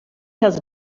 has